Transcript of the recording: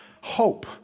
hope